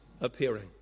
appearing